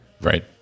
Right